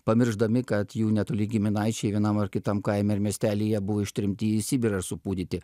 pamiršdami kad jų netoli giminaičiai vienam ar kitam kaime ar miestelyje buvo ištremti į sibirą ir supūdyti